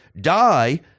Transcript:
die